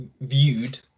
viewed